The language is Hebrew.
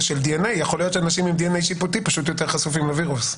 של DNA יכול להיות שאנשים עם DNA שיפוטי פשוט יותר חשופים לווירוס.